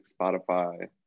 Spotify